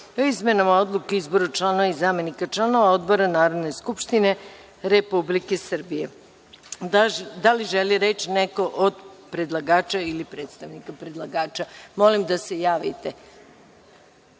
izmenama Odluke o izboru članova i zamenika članova odbora Narodne skupštine Republike Srbije. Da li želi reč neko od predlagača ili predstavnika predlagača? Molim da se javite. Da